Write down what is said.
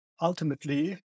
ultimately